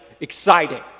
exciting